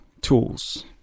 tools